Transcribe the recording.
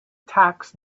tax